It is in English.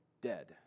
dead